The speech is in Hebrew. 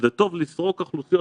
זה טוב לסרוק אוכלוסיות,